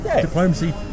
diplomacy